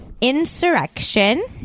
Insurrection